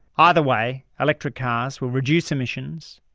either way, electric cars will reduce emissions,